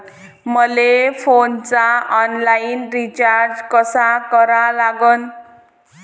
मले फोनचा online recharge कसा करा लागन?